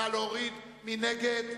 מי נגד?